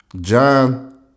John